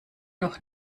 noch